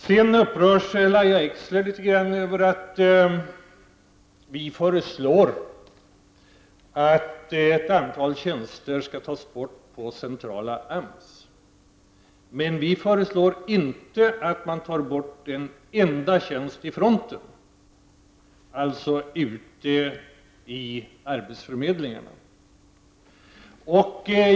Lahja Exner verkar litet upprörd över att vi föreslår att ett antal tjänster skall tas bort på det centrala AMS. Vi föreslår emellertid inte att man tar bort en enda tjänst på fronten, dvs. ute på arbetsförmedlingarna.